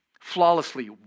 Flawlessly